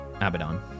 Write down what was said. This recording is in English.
Abaddon